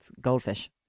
goldfish